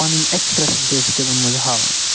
پَنٕنۍ ایٚکسپرٛٮ۪شَن تہِ ٲس یہِ تِمَن مَنٛز ہاوان